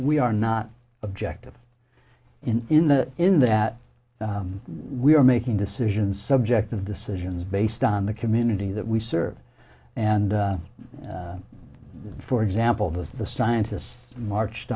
we are not objective in the in that we are making decisions subjective decisions based on the community that we serve and for example that the scientists marched